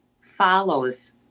follows